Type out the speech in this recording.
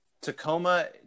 Tacoma